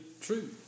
true